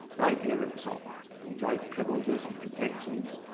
the idea that we saw enjoy privileges and protections.